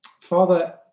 Father